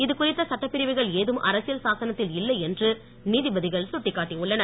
இதுகுறித்த சட்டப் பிரிவுகள் எதுவும் அரசியல் சாசனத்தில் இல்லை என்று நீதிபதிகள் சுட்டிக்காட்டி உள்ளனர்